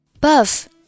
Buff